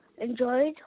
enjoyed